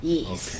Yes